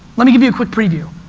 let me give you a quick preview,